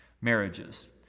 marriages